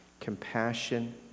compassion